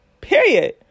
period